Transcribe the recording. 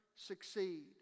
succeed